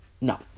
No